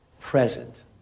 present